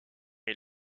est